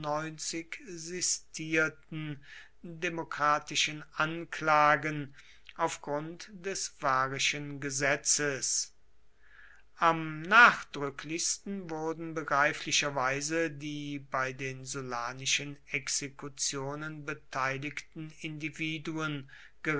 demokratischen anklagen auf grund des varischen gesetzes am nachdrücklichsten wurden begreiflicherweise die bei den sullanischen exekutionen beteiligten individuen